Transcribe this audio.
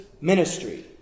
ministry